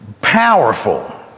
powerful